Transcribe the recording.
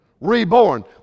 Reborn